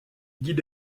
guide